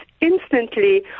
instantly